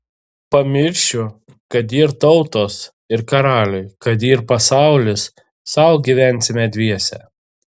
pamiršiu kad yr tautos ir karaliai kad yr pasaulis sau gyvensime dviese